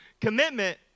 commitment